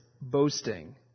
boasting